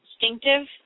distinctive